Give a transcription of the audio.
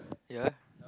ya